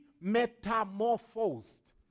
metamorphosed